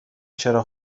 چرا